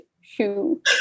shoe